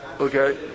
okay